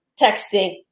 texting